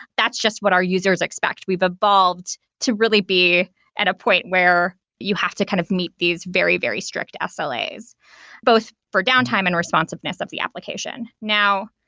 that's just what our users expect. we've involved to really be at a point where you have to kind of meet these very, very strict ah sla's both for downtime and responsiveness of the application. now,